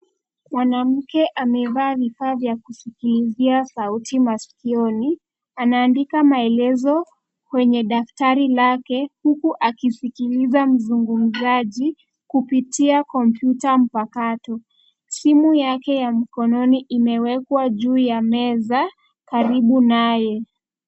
Mwanamke amevaa vifaa vya kusikilizia sauti masikioni, anaandika maelezo kwenye daftari lake huku akisikiliza mzungumzaji kupitia kompyuta mpakato. Simu yake ya mkononi imewekwa juu ya meza karibu naye.